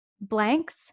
blanks